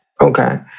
Okay